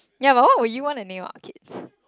what but what would you wanna name our kids